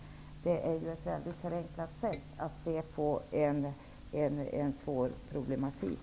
Det är ju ett väldigt förenklat sätt att se på en svår problematik.